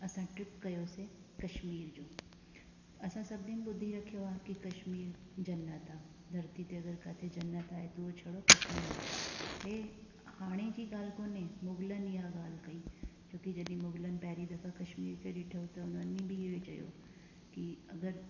असां ट्रिप कयोसीं कश्मीर जो असां सभिनीनि ॿुधी रखियो आहे कि कश्मीर जन्नत आहे धरती ते अगरि काथे जन्नत आहे त उहा छेड़ो कश्मीर आहे इहा हाणे जी ॻाल्हि कोन्हे मुगलन इहा ॻाल्हि कई छोकी जॾहिं मुगलनि जॾहिं पहिरियों दफ़ा कश्मीर खे ॾिठो त हुननि बि इहो ई चयो की अगरि